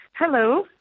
Hello